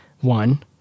one